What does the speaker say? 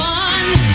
one